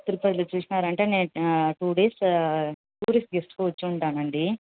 trip అది చూసారంటే నేను టూ డేస్ టూరిస్ట్ గెస్ట్గా వచ్చి ఉంటానండి